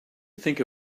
think